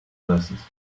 verses